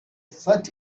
such